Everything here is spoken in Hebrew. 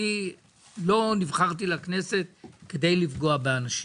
אני לא נבחרתי לכנסת כדי לפגוע באנשים.